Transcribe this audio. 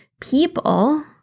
people